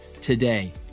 today